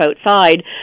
outside